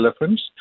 elephants